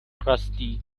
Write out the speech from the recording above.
crusty